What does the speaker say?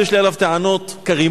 שיש לי עליו טענות כרימון,